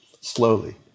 slowly